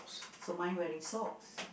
so mine wearing socks